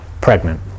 pregnant